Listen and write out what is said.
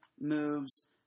moves—